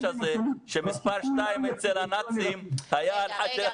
הזה שמספר שתיים אצל הנאצים היה --- סליחה,